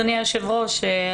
אדוני היושב-ראש,